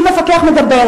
כי אם מפקח מדבר,